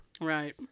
Right